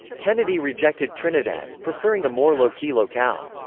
kennedy rejected trinidad, preferring a more low-key locale.